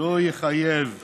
לא יחייב עובד,